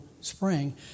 spring